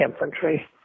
infantry